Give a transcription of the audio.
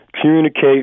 communicate